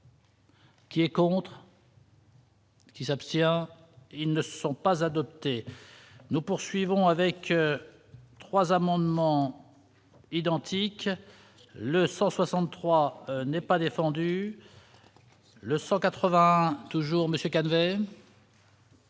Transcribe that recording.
Qui est contre. Qui s'abstient, ils ne sont pas adoptées nous poursuivons avec 3 amendements identiques, le 163 n'est pas défendu le 180 toujours monsieur